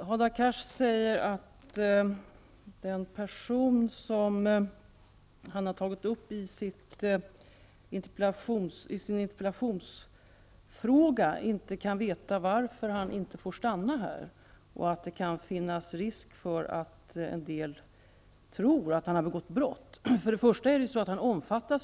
Hadar Cars säger att den mansperson i det fall som han har tagit upp i en fråga i sin interpellation inte vet varför han inte får stanna här och att det kan finnas en risk för att en del tror att han har begått brott. Men först och främst vill jag säga att han